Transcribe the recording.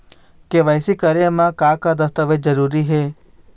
KYC करे म का का दस्तावेज जरूरी हे?